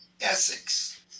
essex